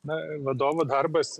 na vadovo darbas